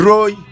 Roy